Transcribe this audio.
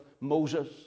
Moses